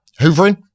Hoovering